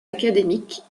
académiques